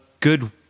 good